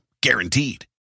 Guaranteed